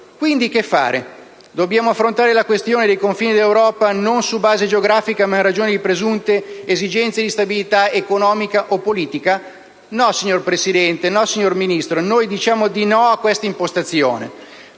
Quindi, che fare? Dobbiamo affrontare la questione dei confini dell'Europa non su base geografica ma in ragione di presunte esigenze di stabilità economica o politica? No, signor Presidente, no, signora Ministro. Noi diciamo di no a questa impostazione.